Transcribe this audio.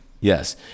yes